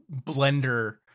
blender